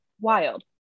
wild